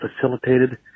facilitated